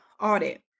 audit